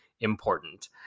important